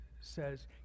says